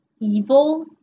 evil